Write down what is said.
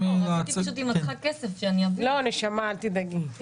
לאחר חברי הכנסת ניגש למשרדים השונים.